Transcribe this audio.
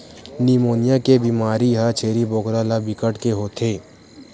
pneumonia के बेमारी ह छेरी बोकरा ल बिकट के होथे